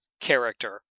character